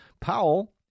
Powell